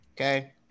Okay